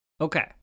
okay